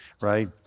right